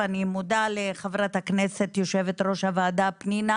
ואני מודה לחברת הכנסת יושבת ראש הוועדה פנינה